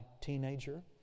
teenager